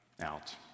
out